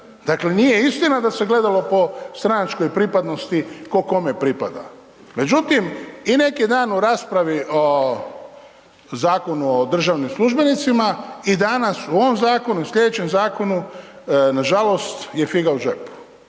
dakle nije istina da se gledalo po stranačkoj pripadnosti tko kome pripada, Međutim i neki dan u raspravi o Zakonu o državnim službenicima i danas u ovom zakonu i slijedećem zakonu nažalost je figa u džepu.